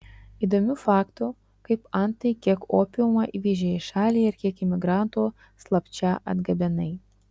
įdomių faktų kaip antai kiek opiumo įvežei į šalį ir kiek imigrantų slapčia atgabenai